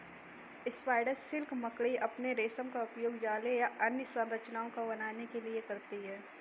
spider silk मकड़ी अपने रेशम का उपयोग जाले या अन्य संरचनाओं को बनाने के लिए करती हैं